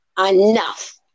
enough